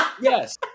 Yes